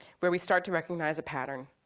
where we start to recognize a pattern